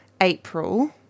April